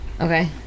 Okay